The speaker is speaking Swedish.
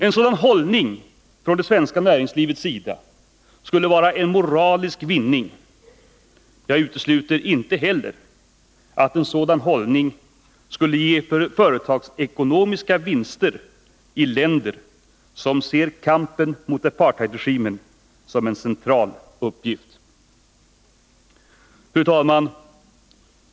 En sådan hållning från det svenska näringslivets sida skulle vara en moralisk vinning. Jag utesluter inte heller att en sådan hållning skulle ge företagsekonomiska vinster i länder som ser kampen mot apartheidregimen som en central uppgift. Fru talman!